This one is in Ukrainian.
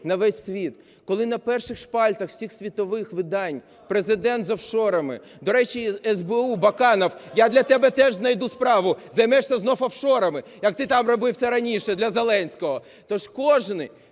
на весь світ, коли на перших шпальтах всіх світових видань Президент з офшорами. До речі, СБУ, Баканов, я для тебе теж знайду справу, займешся знов офшорами, як ти там робив це раніше для Зеленського. Тож кожен